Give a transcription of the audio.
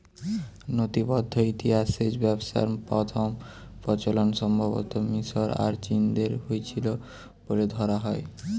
নথিবদ্ধ ইতিহাসে সেচ ব্যবস্থার প্রথম প্রচলন সম্ভবতঃ মিশর আর চীনদেশে হইছিল বলে ধরা হয়